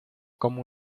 como